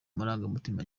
marangamutima